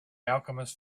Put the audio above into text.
alchemist